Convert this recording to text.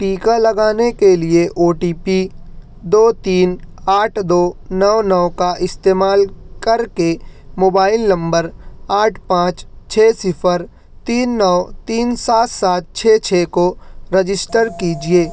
ٹیکا لگانے کے لیے او ٹی پی دو تین آٹھ دو نو نو کا استعمال کر کے موبائل نمبر آٹھ پانچ چھ صفر تین نو تین سات سات چھ چھ کو رجسٹر کیجیے